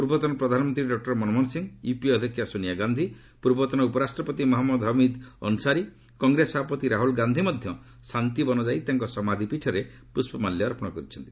ପୂର୍ବତନ ପ୍ରଧାନମନ୍ତ୍ରୀ doctor Manmohan Singh UPA ଅଧ୍ୟକ୍ଷା ସୋନିଆ ଗାନ୍ଧି ପୂର୍ବତନ ଉପରାଷ୍ଟ୍ରପତି ମହମ୍ମଦ ହମିଦ୍ ଅନସାରୀ କଂଗ୍ରେସ ସଭାପତି ରାହୁଲ ଗାନ୍ଧି ମଧ୍ୟ ଶାନ୍ତିବନ ଯାଇ ତାଙ୍କ ସମାଧିପୀଠରେ ପୁଷ୍ପମାଲ୍ୟ ଅର୍ପଣ କରିଛନ୍ତି